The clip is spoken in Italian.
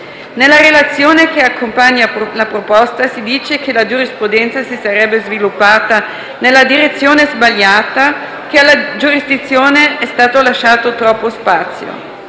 Nella relazione che accompagna la proposta si dice che la giurisprudenza si sarebbe sviluppata nella direzione sbagliata e che alla giurisdizione è stato lasciato troppo spazio.